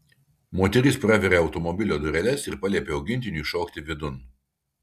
moteris praveria automobilio dureles ir paliepia augintiniui šokti vidun